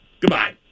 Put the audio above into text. Goodbye